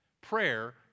Prayer